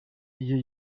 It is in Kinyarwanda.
icyo